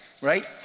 right